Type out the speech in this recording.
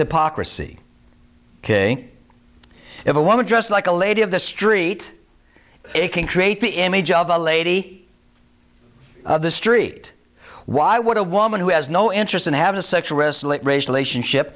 hypocrisy if a woman dressed like a lady of the street it can create the image of a lady of the street why would a woman who has no interest in have a sexual wrestling racial ation ship